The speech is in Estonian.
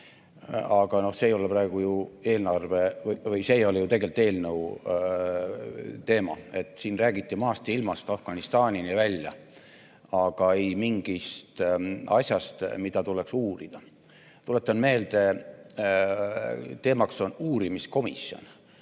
Aga see ei ole praegu ju tegelikult eelnõu teema. Siin räägiti maast ja ilmast, Afganistanini välja, aga mitte asjast, mida tuleks uurida. Tuletan meelde: teemaks on uurimiskomisjon,